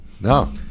No